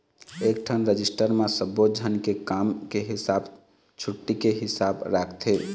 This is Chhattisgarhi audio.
एकठन रजिस्टर म सब्बो झन के काम के हिसाब, छुट्टी के हिसाब राखथे